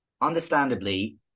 understandably